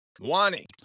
Wani